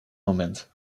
moment